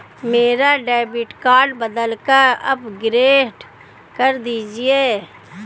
मेरा debit card बदलकर upgrade कर दीजिए